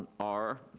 are,